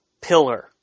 pillar